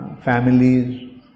families